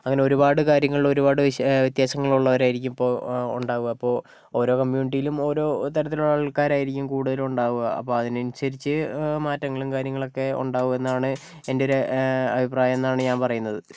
അങ്ങനെ ഒരുപാട് കാര്യങ്ങളില് ഒരുപാട് വിശാ വ്യത്യാസങ്ങളുള്ളവരായിരിക്കും ഇപ്പോൾ ഉണ്ടാവുക അപ്പോൾ ഓരോ കമ്മ്യൂണിറ്റിയിലും ഓരോ തരത്തിലുള്ള ആൾക്കാരായിരിക്കും കൂടുതല് ഉണ്ടാവുക അപ്പം അതിനനുസരിച്ച് മാറ്റങ്ങളും കാര്യങ്ങളുമൊക്കെ ഉണ്ടാവും എന്നാണ് എൻ്റെ ഒരു അഭിപ്രായമെന്നാണ് ഞാൻ പറയുന്നത്